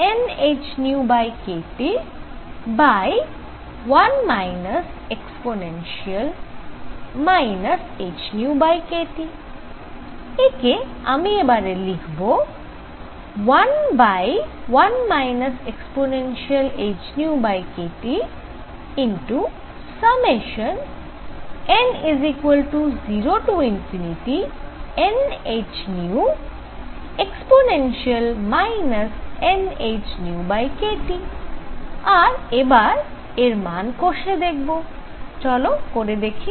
একে আমি এবারে লিখব 11 e hνkTn0nhνe nhνkT আর এবার এর মান কষে দেখব চল করে দেখি